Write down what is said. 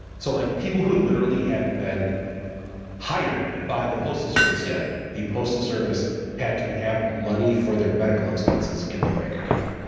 so, like, people who literally hadn't been hired by the postal service yet, the postal service had to have money for their medical expenses in their bank account.